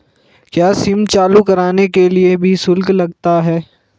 क्या सिम चालू कराने के लिए भी शुल्क लगता है?